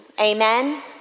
amen